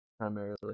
Primarily